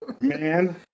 man